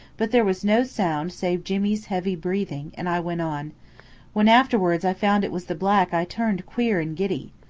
but there was no sound save jimmy's heavy breathing, and i went on when afterwards i found it was the black i turned queer and giddy.